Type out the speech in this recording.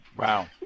Wow